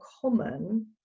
common